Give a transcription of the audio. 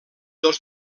dels